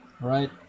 right